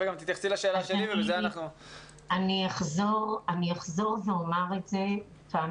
תנאי סף שאנחנו מדברים עליהם הם תואר ותעודת הוראה.